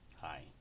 hi